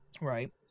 Right